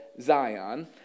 Zion